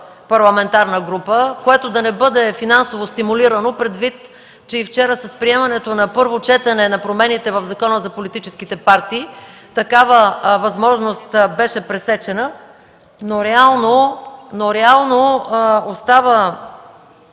парламентарна група, което да не бъде финансово стимулирано, предвид, че и вчера с приемането на първо четене на промените в Закона за политическите партии такава възможност беше пресечена, но реално остава